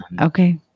Okay